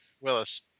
Willis